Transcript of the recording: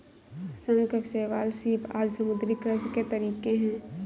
शंख, शैवाल, सीप आदि समुद्री कृषि के तरीके है